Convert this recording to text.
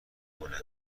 مونه